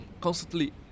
constantly